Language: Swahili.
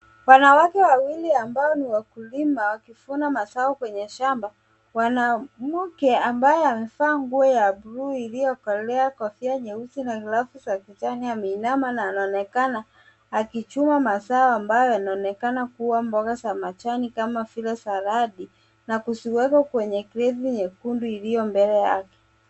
Wanawake wawili ambao ni wakulima wakivuna mazao kwenye shamba. Mwanamke ambaye amevaa nguo ya bluu iliyo kolea kofia nyeusi, na glavu za kijani ameinama na anaonekana akichuna mazao ambayo yanaonekana kuwa mboga za majani kama vile saladi na kuziweka kwenye kreti nyekundu iliyo mbele yake.